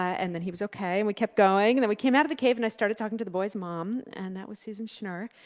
and then he was okay and we kept going, and then we came out of the cave and i started talking to the boy's mom, and that was susan schnur,